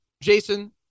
Jason